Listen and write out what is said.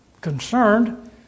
concerned